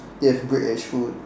they have British food